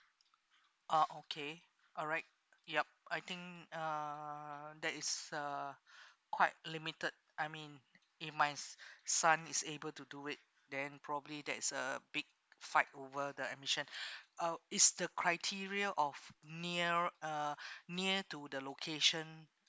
ah okay alright yup I think uh that is uh quite limited I mean if my son is able to do it then probably that's a big fight over the admission uh is the criteria of near uh near to the location